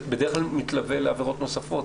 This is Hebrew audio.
זה בדרך כלל מתלווה לעבירות נוספות.